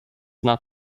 not